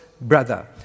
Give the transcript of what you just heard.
brother